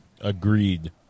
agreed